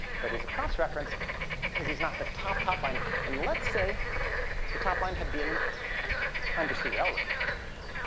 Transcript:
but he's a cross-reference because he's not the top, top line. and let's say the top line had been undersea railroad.